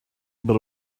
but